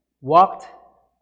walked